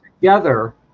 together